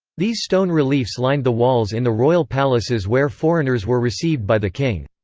these stone reliefs lined the walls in the royal palaces where foreigners were received by the king.